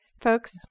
Folks